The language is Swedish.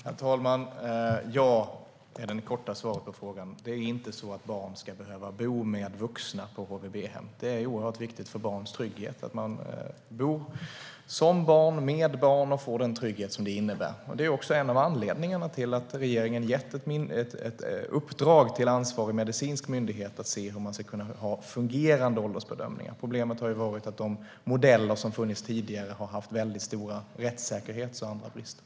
Herr talman! Ja är det korta svaret på frågan. Barn ska inte behöva bo med vuxna på HVB-hem. Det är oerhört viktigt för barns trygghet att bo som barn med barn och få den trygghet som det innebär. Det är också en av anledningarna till att regeringen har gett ett uppdrag till ansvarig medicinsk myndighet att se hur man ska kunna få fungerande åldersbedömningar. Problemet har ju varit att de modeller som funnits tidigare har haft mycket stora rättssäkerhetsbrister och andra brister.